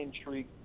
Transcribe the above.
intrigue